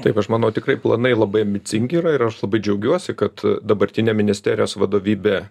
taip aš manau tikrai planai labai ambicingi yra ir aš labai džiaugiuosi kad dabartinė ministerijos vadovybė